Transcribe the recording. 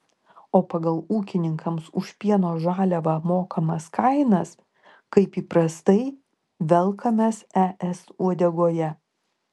o pagal ūkininkams už pieno žaliavą mokamas kainas kaip įprastai velkamės es uodegoje